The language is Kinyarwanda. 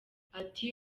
ati